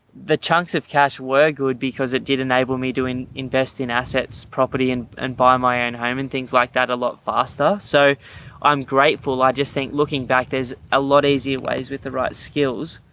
the chunks of cash work good because it did enable me doing investing assets, property and and buy my own home and things like that a lot faster. so i'm grateful. i just think looking back, there's a lot easier ways with the right skills.